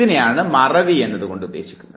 ഇതിനെയാണ് മറവി എന്നതുകൊണ്ടുദ്ദേശിക്കുന്നത്